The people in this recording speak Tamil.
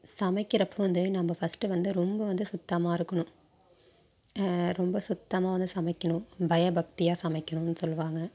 சமைக்கிறப்போது வந்து நம்ப ஃபஸ்ட்டு வந்து ரொம்ப வந்து சுத்தமாக இருக்கணும் ரொம்ப சுத்தமாக வந்து சமைக்கணும் பயபக்தியாக சமைக்கணும்னு சொல்லுவாங்க